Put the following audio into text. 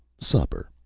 supper.